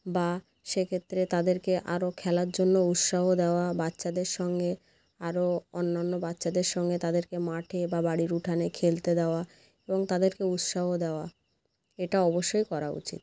বা সেক্ষেত্রে তাদেরকে আরও খেলার জন্য উৎসাহ দেওয়া বাচ্চাদের সঙ্গে আরও অন্যান্য বাচ্চাদের সঙ্গে তাদেরকে মাঠে বা বাড়ির উঠানে খেলতে দেওয়া এবং তাদেরকে উৎসাহ দেওয়া এটা অবশ্যই করা উচিত